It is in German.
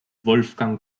wolfgang